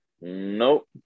Nope